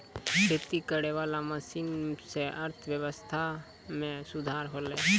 खेती करै वाला मशीन से अर्थव्यबस्था मे सुधार होलै